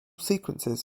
sequences